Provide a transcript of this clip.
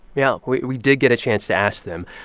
yeah, we we did get a chance to ask them.